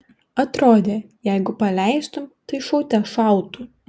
atrodė jeigu paleistum tai šaute šautų